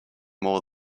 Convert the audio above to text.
more